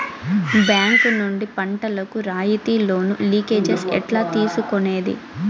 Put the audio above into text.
Bank నుండి పంటలు కు రాయితీ లోను, లింకేజస్ ఎట్లా తీసుకొనేది?